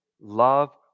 love